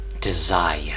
Desire